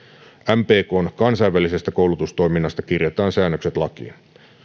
mpkn kansainvälisestä koulutustoiminnasta kirjataan säännökset lakiin